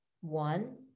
One